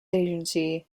agency